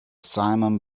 simum